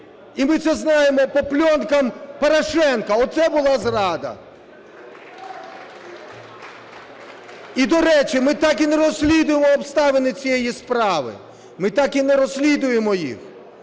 І ми це знаємо по пленкам Порошенка, оце була зрада. І, до речі, ми так і не розслідували обставини цієї справи, ми так і не розслідуємо їх.